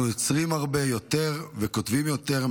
אנחנו יוצרים הרבה יותר וכותבים יותר,